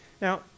Now